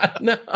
no